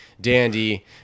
dandy